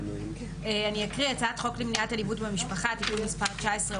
אני אקריא: הצעת חוק למניעת אלימות במשפחה (תיקון מס' 19,